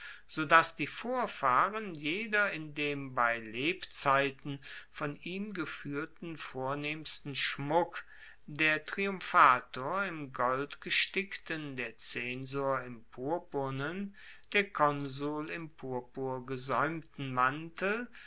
dass die vorfahren jeder in dem bei lebzeiten von ihm gefuehrten vornehmsten schmuck der triumphator im goldgestickten der zensor im purpurnen der konsul im purpurgesaeumten mantel